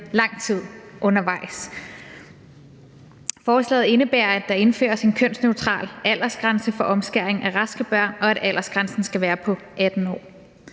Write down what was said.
lang tid undervejs. Forslaget indebærer, at der indføres en kønsneutral aldersgrænse for omskæring af raske børn, og at aldersgrænsen skal være på 18 år.